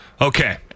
Okay